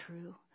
true